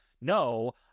no